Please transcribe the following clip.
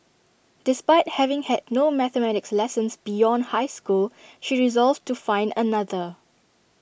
despite having had no mathematics lessons beyond high school she resolved to find another